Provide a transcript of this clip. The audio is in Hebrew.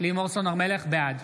בעד